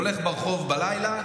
אני הולך ברחוב בלילה,